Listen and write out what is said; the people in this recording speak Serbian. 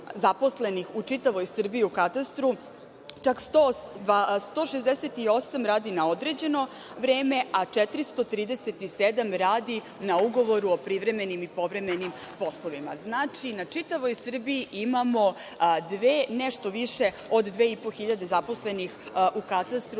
u čitavoj Srbiji u Katastru, čak 168 radi na određeno vreme, a 437 radi na ugovoru o privremenim i povremenim poslovima. Znači, na čitavoj Srbiji imamo nešto više od 2.500 zaposlenih u Katastru. Ja